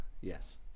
yes